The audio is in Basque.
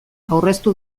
aurreztu